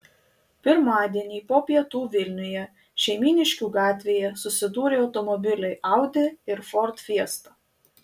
pirmadienį po pietų vilniuje šeimyniškių gatvėje susidūrė automobiliai audi ir ford fiesta